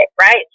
right